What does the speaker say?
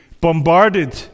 bombarded